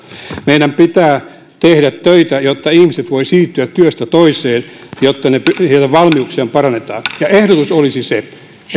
meidän pitää tehdä töitä jotta ihmiset voivat siirtyä työstä toiseen ja jotta heidän valmiuksiaan parannetaan ehdotus olisi se että